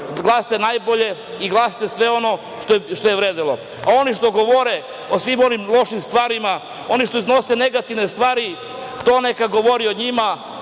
za najbolje i glasajte sve ono što je vredelo, a oni koji govore o svim onim lošim stvarima, oni što iznose negativne stvari, to neka govori o njima,